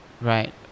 Right